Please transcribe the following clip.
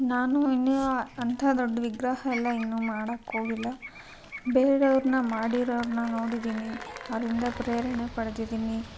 ನಾನು ಇನ್ನೂ ಅಂಥ ದೊಡ್ಡ ವಿಗ್ರಹ ಎಲ್ಲ ಇನ್ನೂ ಮಾಡೋಕ್ಕೋಗಿಲ್ಲ ಬೇರೆಯೋರ್ನ ಮಾಡಿರೋರ್ನ ನೋಡಿದ್ದೀನಿ ಅವರಿಂದ ಪ್ರೇರಣೆ ಪಡೆದಿದ್ದೀನಿ